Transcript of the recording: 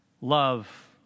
Love